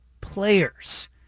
players